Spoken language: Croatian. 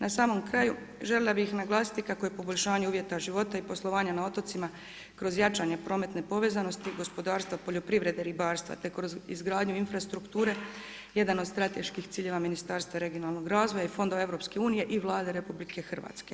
Na samom kraju željela bih naglasiti kako je poboljšanje uvjeta života i poslovanja na otocima kroz jačanje prometne povezanosti gospodarstva, poljoprivrede, ribarstva, te kroz izgradnju infrastrukture jedan od strateških ciljeva Ministarstva regionalnog razvoja i Fondova EU i Vlade RH.